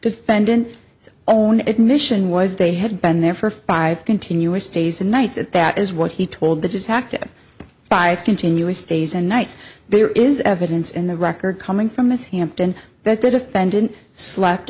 defendant own admission was they had been there for five continuous days and nights and that is what he told the detective five continuous days and nights there is evidence in the record coming from miss hampton that the defendant sl